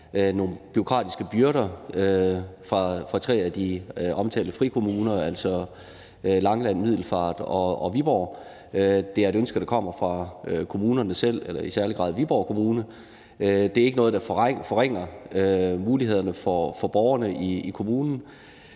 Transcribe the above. nogle bureaukratiske byrder fra tre af de omtalte frikommuner, altså Langeland, Middelfart og Viborg. Det er et ønske, der kommer fra kommunerne selv og i særlig grad fra Viborg Kommune. Det er ikke noget, der forringer mulighederne for borgerne i kommunen,